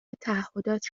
تعهدات